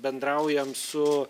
bendraujam su